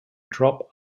drop